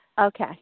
Okay